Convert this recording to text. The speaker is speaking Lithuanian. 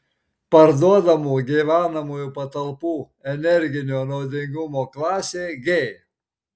parduodamų gyvenamųjų patalpų energinio naudingumo klasė g